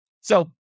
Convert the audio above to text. So-